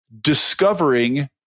discovering